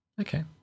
Okay